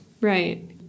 right